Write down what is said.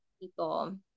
people